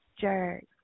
jerk